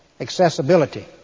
accessibility